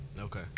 Okay